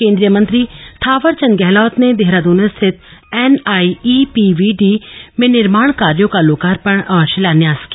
केंद्रीय मंत्री थावरचंद गहलोत ने देहरादून स्थित एनआईईपीवीडी में निर्माण कार्योँ का लोकार्पण और शिलान्यास किया